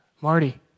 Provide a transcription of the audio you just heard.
Marty